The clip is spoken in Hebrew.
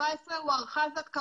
אבל יחד עם זאת,